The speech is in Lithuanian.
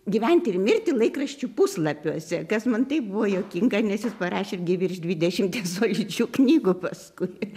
gyventi ir mirti laikraščių puslapiuose kas man taip buvo juokinga nes jis parašė gi virš dvidešimties solidžių knygų paskui